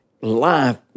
life